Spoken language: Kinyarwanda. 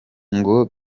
ngo